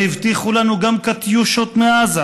הרי הבטיחו לנו גם קטיושות מעזה.